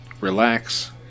Relax